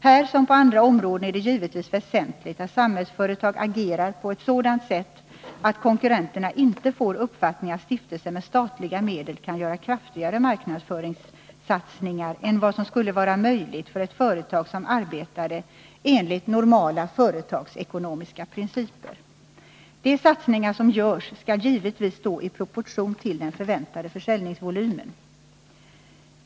Här som på andra områden är det givetvis väsentligt att Samhällsföretag agerar på ett sådant sätt att konkurrenterna inte får uppfattningen att stiftelsen med statliga medel kan göra kraftigare marknadsföringssatsningar än vad som skulle vara möjligt för ett företag som arbetade enligt normala företagsekonomiska principer. De satsningar som görs skall givetvis stå i proportion till den förväntade försäljningsvolymen.